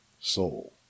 soul